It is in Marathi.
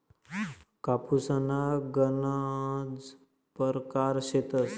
कापूसना गनज परकार शेतस